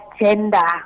agenda